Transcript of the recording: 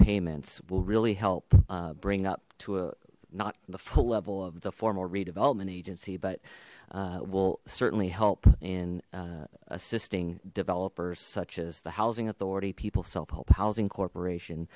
payments will really help bring up to a not the full level of the formal redevelopment agency but will certainly help in assisting developers such as the housing authority people self help housing corp